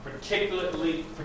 particularly